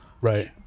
right